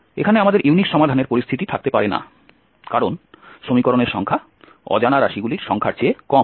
এখানে আমাদের ইউনিক সমাধানের পরিস্থিতি থাকতে পারে না কারণ সমীকরণের সংখ্যা অজানা রাশিগুলির সংখ্যার চেয়ে কম